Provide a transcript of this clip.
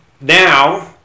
now